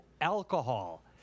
alcohol